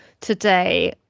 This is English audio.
today